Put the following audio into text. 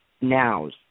Nows